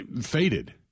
faded